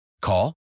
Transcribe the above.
Call